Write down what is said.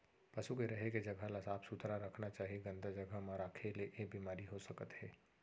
पसु के रहें के जघा ल साफ सुथरा रखना चाही, गंदा जघा म राखे ले ऐ बेमारी हो सकत हे